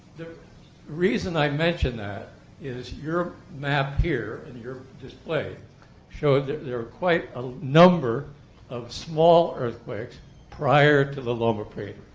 reason i mention that is your map here and your display shows that there were quite a number of small earthquakes prior to the loma prieta.